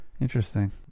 Interesting